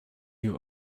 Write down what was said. you